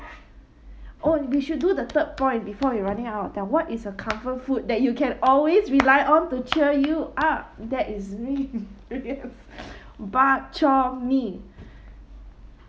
oh we should do the third point before we running out time what is the comfort food that you can always rely on to cheer you up that is me bak chor mee